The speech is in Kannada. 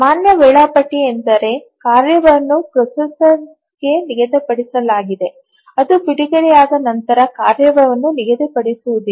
ಮಾನ್ಯ ವೇಳಾಪಟ್ಟಿ ಎಂದರೆ ಕಾರ್ಯವನ್ನು ಪ್ರೊಸೆಸರ್ಗೆ ನಿಗದಿಪಡಿಸಲಾಗಿದೆ ಅದು ಬಿಡುಗಡೆಯಾದ ನಂತರ ಕಾರ್ಯವನ್ನು ನಿಗದಿಪಡಿಸುವುದಿಲ್ಲ